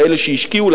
כאלה שהשקיעו,